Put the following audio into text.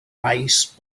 ice